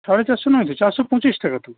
সাড়ে চারশো নয় তো চারশো পঁচিশ টাকা তো